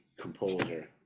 composer